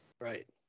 Right